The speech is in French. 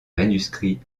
manuscrits